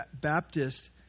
Baptist